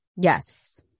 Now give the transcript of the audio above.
yes